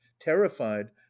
terrified